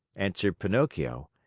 answered pinocchio,